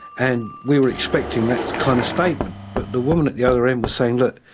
and we were expecting that kind of statement. but the woman at the other end was saying, look,